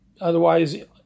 otherwise